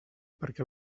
perquè